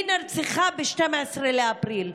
והיא נרצחה ב-12 באפריל.